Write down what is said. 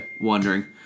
wondering